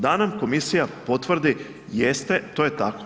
Da nam komisija potvrdi jeste, to je tako.